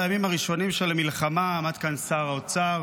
בימים הראשונים של המלחמה עמד כאן שר האוצר